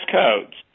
codes